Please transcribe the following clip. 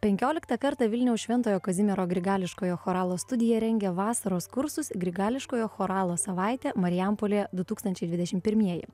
penkioliktą kartą vilniaus šventojo kazimiero grigališkojo choralo studija rengia vasaros kursus grigališkojo choralo savaitė marijampolė du tūkstančiai dvidešim pirmieji